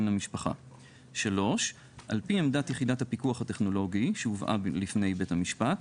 המשפחה; (3) על פי עמדת יחידת הפיקוח הטכנולוגי שהובאה בפני בית המשפט,